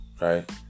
right